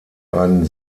einen